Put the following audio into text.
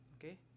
Okay